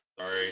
sorry